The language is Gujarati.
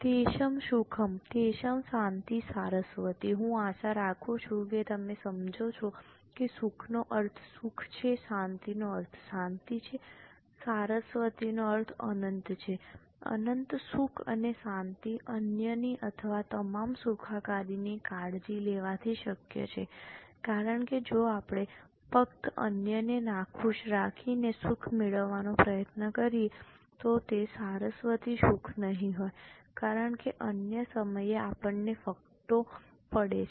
તેષમ સુખમ તેષમ શાંતિ શાસ્વતી હું આશા રાખું છું કે તમે સમજો છો કે સુખનો અર્થ સુખ છે શાંતિનો અર્થ શાંતિ છે શાસ્વતીનો અર્થ અનંત છે અનંત સુખ અને શાંતિ અન્યની અથવા તમામ સુખાકારીની કાળજી લેવાથી શક્ય છે કારણ કે જો આપણે ફક્ત અન્યને નાખુશ રાખીને સુખ મેળવવાનો પ્રયત્ન કરીએ તો તે શાસ્વતી સુખ નહીં હોય કારણ કે અન્ય સમયે આપણને ફટકો પડે છે